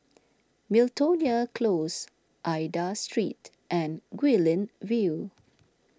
Miltonia Close Aida Street and Guilin View